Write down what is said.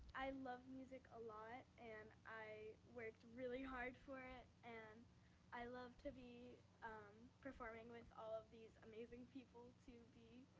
i love music a lot, and i worked really hard for it, and i love to be performing with all of these amazing people to be